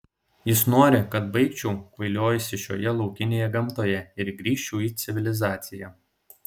jis nori kad baigčiau kvailiojusi šioje laukinėje gamtoje ir grįžčiau į civilizaciją